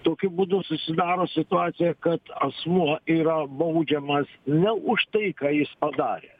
tokiu būdu susidaro situacija kad asmuo yra baudžiamas ne už tai ką jis padarė